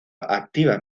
activa